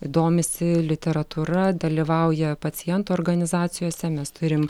domisi literatūra dalyvauja pacientų organizacijose mes turim